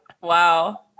wow